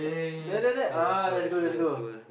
there there there ah lets go